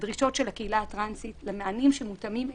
לדרישות של הקהילה הטרנסית למענים שמותאמים אליהם.